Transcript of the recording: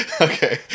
Okay